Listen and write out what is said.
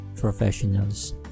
professionals